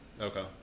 Okay